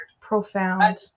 Profound